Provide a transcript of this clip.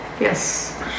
Yes